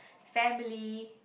family